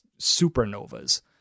supernovas